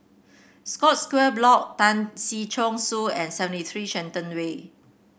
Scotts Square Block Tan Si Chong Su and seventy three Shenton Way